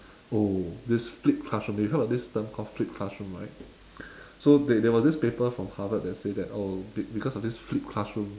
oh this flipped classroom you heard of this term called flipped classroom right so they there was this paper from harvard that say that oh be~ because of this flipped classroom